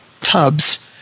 tubs